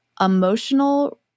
emotional